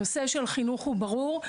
הנושא של חינוך הוא ברור.